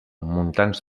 montans